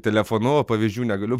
telefonu pavyzdžių negaliu